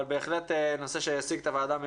אבל בהחלט נושא שהעסיק את הוועדה מאוד.